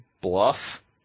Bluff